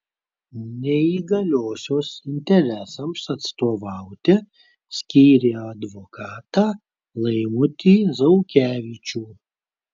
neįgaliosios interesams atstovauti skyrė advokatą laimutį zaukevičių